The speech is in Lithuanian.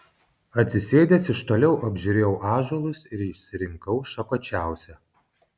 atsisėdęs iš toliau apžiūrėjau ąžuolus ir išsirinkau šakočiausią